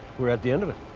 we're at the end of it.